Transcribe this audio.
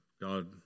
God